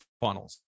funnels